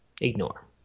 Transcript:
Ignore